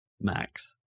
max